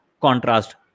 contrast